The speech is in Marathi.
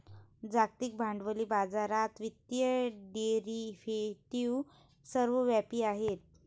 जागतिक भांडवली बाजारात वित्तीय डेरिव्हेटिव्ह सर्वव्यापी आहेत